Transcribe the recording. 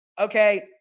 Okay